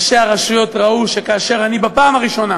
ראשי הרשויות ראו שכאשר אני, בפעם הראשונה